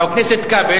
חבר הכנסת כבל,